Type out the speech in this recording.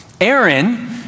Aaron